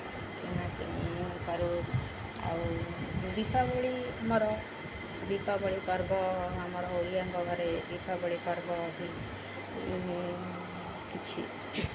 କିଣାକିଣି କରୁ ଆଉ ଦୀପାବଳି ଆମର ଦୀପାବଳି ପର୍ବ ଆମର ଓଡ଼ିଆଙ୍କ ଘରେ ଦୀପାବଳି ପର୍ବ କିଛି